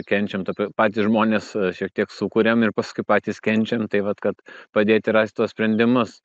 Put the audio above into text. kenčiam tapra patys žmonės šiek tiek sukuriam ir paskui patys kenčiam tai vat kad padėti rast tuos sprendimus